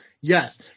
Yes